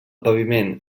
paviment